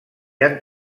han